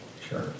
sure